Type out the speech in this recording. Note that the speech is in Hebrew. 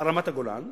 על רמת-הגולן,